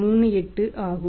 38 ஆகும்